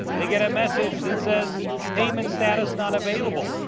they get a message that says payment status not available.